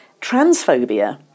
Transphobia